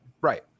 right